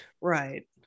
right